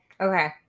Okay